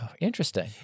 Interesting